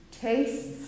tastes